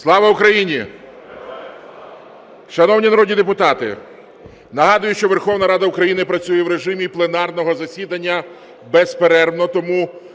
слава! ГОЛОВУЮЧИЙ. Шановні народні депутати, нагадую, що Верховна Рада України працює в режимі пленарного засідання безперервно.